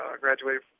graduated